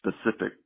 specific